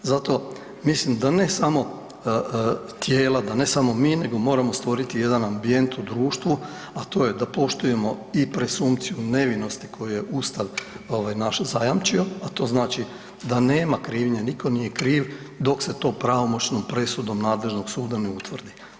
Zato mislim da ne samo tijela, da ne samo mi nego moramo stvoriti jedan ambijent u društvu, a to je da poštujemo i presumpciju nevinosti koju je Ustav naš zajamčio, a to znači da nema krivnje, nitko nije kriv dok se to pravomoćnom presudom nadležnog suda ne utvrdi.